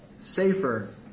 safer